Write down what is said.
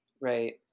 right